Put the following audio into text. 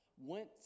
went